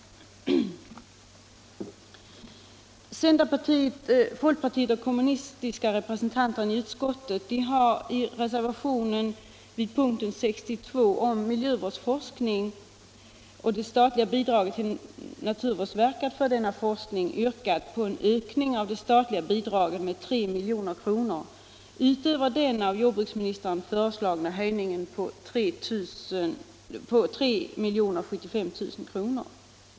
Centerpartistiska, folkpartistiska och kommunistiska representanter i utskottet har i reservationen vid punkten 62 om det statliga bidraget till naturvårdsverket för miljövårdsforskning yrkat på en ökning av det statliga bidraget med 3 milj.kr. utöver den av jordbruksministern föreslagna höjningen på 3 075 000 kr.